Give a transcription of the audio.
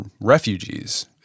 refugees